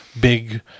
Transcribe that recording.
big